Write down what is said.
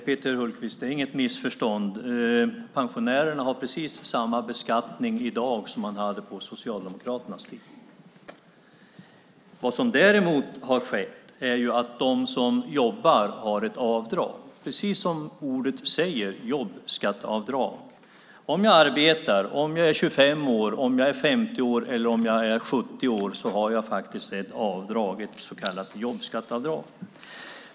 Herr talman! Det är inget missförstånd, Peter Hultqvist. Pensionärerna har precis samma beskattning i dag som man hade på Socialdemokraternas tid. Vad som däremot har skett är att de som jobbar har ett avdrag - ett jobbskatteavdrag, precis som ordet säger. Om jag arbetar har jag, oavsett om jag är 25 år, 50 år eller 70 år ett så kallat jobbskatteavdrag.